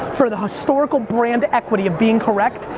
for the historical brand equity of being correct,